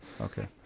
Okay